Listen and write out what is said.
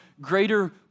greater